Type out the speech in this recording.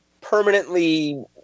permanently